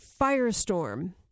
firestorm